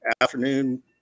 afternoon